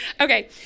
okay